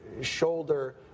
shoulder